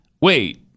Wait